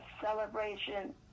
celebration